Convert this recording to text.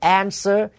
answer